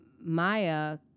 Maya